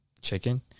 chicken